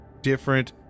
different